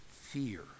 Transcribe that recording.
fear